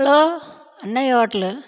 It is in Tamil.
ஹலோ அன்னையா ஹோட்டலு